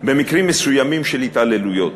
במקרים מסוימים של התעללויות,